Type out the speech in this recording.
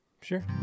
Sure